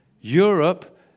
Europe